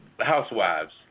housewives